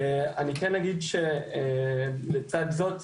אני כן אגיד שלצד זאת,